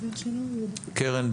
קרן,